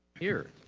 here.